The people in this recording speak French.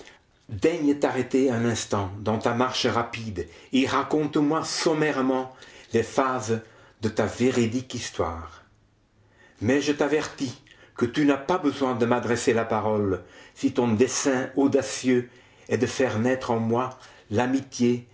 daigne t'arrêter un instant dans ta marche rapide et raconte-moi sommairement les phases de ta véridique histoire mais je t'avertis que tu n'as pas besoin de m'adresser la parole si ton dessein audacieux est de faire naître en moi l'amitié